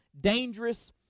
dangerous